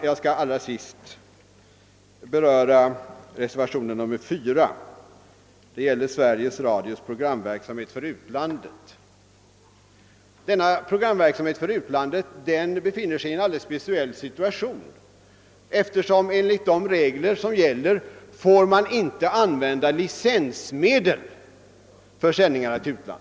Jag skall allra sist beröra reservationen 4 som avser Sveriges Radios programverksamhet för utlandet. Denna befinner sig i en alldeles speciell situation, eftersom man enligt de regler som gäller inte får ta i anspråk licensmedel för sändningarna till utlandet.